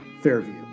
Fairview